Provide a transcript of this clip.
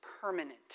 permanent